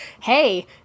hey